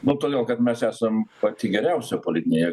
nu todėl kad mes esam pati geriausia politinė